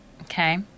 Okay